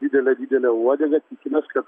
didele didele uodega tikimės kad